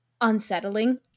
unsettling